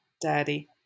Daddy